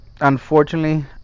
Unfortunately